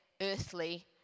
earthly